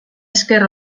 esker